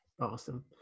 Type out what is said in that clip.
Awesome